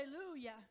Hallelujah